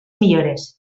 millores